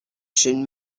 should